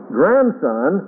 grandson